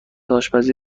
آشپزی